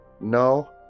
No